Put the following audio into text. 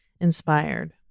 inspired